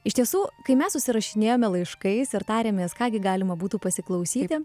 iš tiesų kai mes susirašinėjome laiškais ir tarėmės ką gi galima būtų pasiklausyti